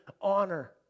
honor